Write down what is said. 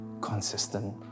consistent